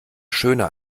schöner